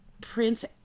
Prince